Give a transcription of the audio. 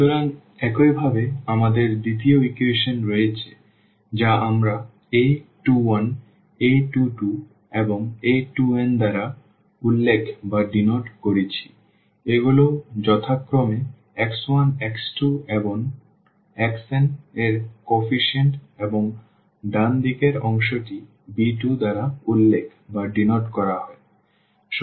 সুতরাং একইভাবে আমাদের দ্বিতীয় ইকুয়েশন রয়েছে যা আমরা a21 a22 এবং a2n দ্বারা উল্লেখ করেছি এগুলো যথাক্রমে x1 x2 এবং xn এর কোএফিসিয়েন্ট এবং ডান দিকের অংশটি b2 দ্বারা উল্লেখ করা হয়